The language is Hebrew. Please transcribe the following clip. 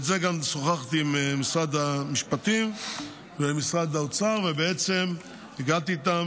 שוחחתי עם משרד המשפטים ומשרד האוצר ובעצם הגעתי איתם